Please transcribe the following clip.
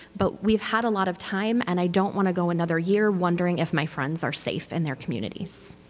but we've had a lot of time, and i don't want to go another year wondering if my friends are safe in their communities.